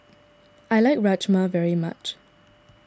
I like Rajma very much